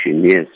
yes